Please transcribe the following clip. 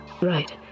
Right